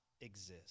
exist